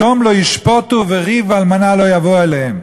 "יתום לא ישפטו וריב אלמנה לא יבוא אליהם".